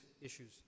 issues